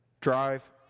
Drive